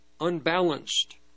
unbalanced